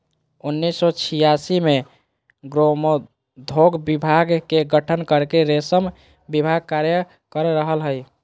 उन्नीस सो छिआसी मे ग्रामोद्योग विभाग के गठन करके रेशम विभाग कार्य कर रहल हई